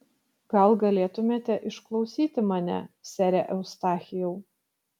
gal galėtumėte išklausyti mane sere eustachijau